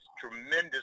tremendous